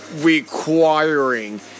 requiring